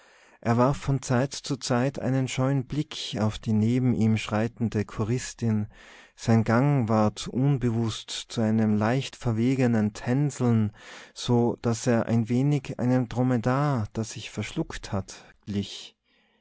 er warf von zeit zu zeit einen scheuen blick auf die neben ihm schreitende choristin sein gang ward unbewußt zu einem leicht verwegenen tänzeln so daß er ein wenig einem dromedar das sich verschluckt hat glich